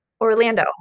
orlando